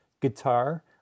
guitar